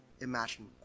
imagine